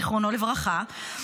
זיכרונו לברכה.